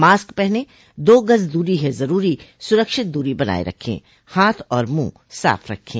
mask पहनें दो गज़ दूरी है ज़रूरी सुरक्षित दूरी बनाए रखें हाथ और मुंह साफ़ रखें